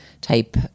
type